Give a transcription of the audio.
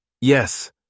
Yes